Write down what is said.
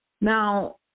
Now